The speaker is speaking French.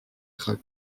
crac